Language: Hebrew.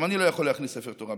גם אני לא יכול להכניס ספר תורה.